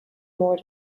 more